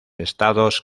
estados